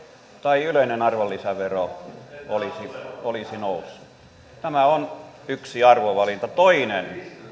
tai yleinen arvonlisävero olisi noussut tämä on yksi arvovalinta toinen